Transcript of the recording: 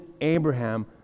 Abraham